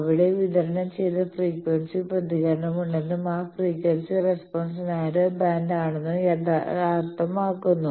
അവിടെ വിതരണം ചെയ്തവയ്ക്ക് ഫ്രീക്വൻസി പ്രതികരണമുണ്ടെന്നും ആ ഫ്രീക്വൻസി റെസ്പോൺസ് നാരോ ബാൻഡ് ആണെന്നും അർത്ഥമാക്കുന്നു